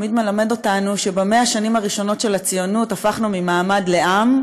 הוא תמיד מלמד אותנו שב-100 השנים הראשונות של הציונות הפכנו ממעמד לעם,